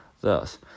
Thus